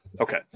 okay